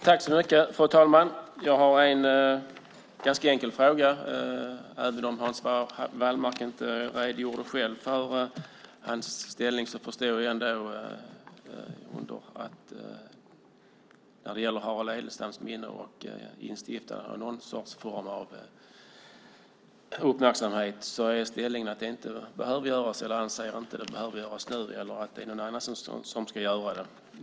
Fru talman! Jag har en ganska enkel fråga. Även om Hans Wallmark inte själv redogjorde för sin inställning förstår jag att inställningen när det gäller minnet av Harald Edelstam och instiftandet av någon form för att uppmärksamma det är att det inte behövs nu eller att någon annan ska göra det.